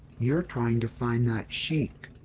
you're trying to find that sheik.